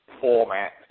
format